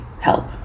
help